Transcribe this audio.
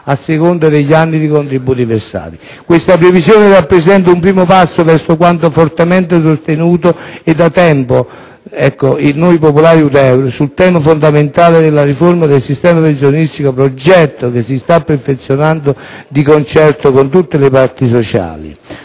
a seconda degli anni di contributi versati. Questa previsione rappresenta un primo passo verso quanto fortemente sostenuto, da tempo, da noi Popolari-Udeur sul tema fondamentale della riforma del sistema pensionistico. Tale progetto si sta perfezionando di concerto con tutte le parti sociali.